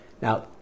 Now